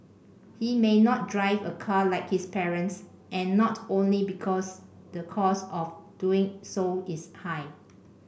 he may not drive a car like his parents and not only because the cost of doing so is high